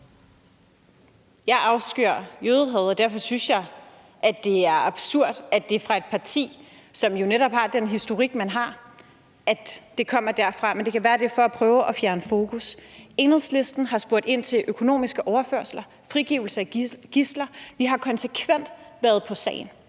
Jeg afskyr jødehad, og derfor synes jeg, at det er absurd, at det kommer fra et parti, hvor man har den historik, man har. Men det kan være, at det er for at prøve at fjerne fokus. Enhedslisten har spurgt ind til økonomiske overførsler og frigivelse af gidsler. Vi har konsekvent været på sagen.